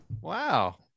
wow